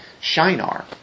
Shinar